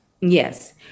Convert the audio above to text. Yes